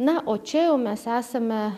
na o čia jau mes esame